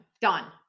Done